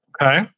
Okay